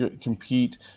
compete